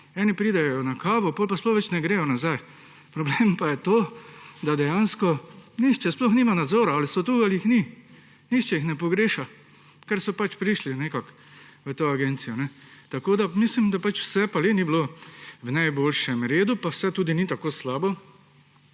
Eni pridejo na kavo, potem pa sploh ne gredo več nazaj. Problem pa je to, da dejansko nihče sploh nima nadzora, ali so tu ali jih ni, nihče jih ne pogreša, ker so pač prišli nekako v to agencijo. Tako mislim, da vse pa le ni bilo v najboljšem redu, pa vse tudi ni tako slabo.